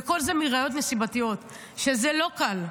וכל זה מראיות נסיבתיות, שזה לא קל,